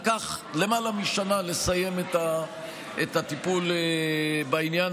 לקח למעלה משנה לסיים את הטיפול בעניין